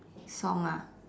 song ah